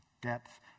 depth